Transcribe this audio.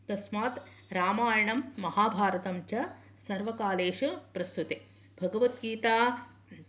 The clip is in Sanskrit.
तस्मात् रामायणं महाभारतं च सर्वकालेषु प्रसृते भगवद्गीता